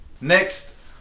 Next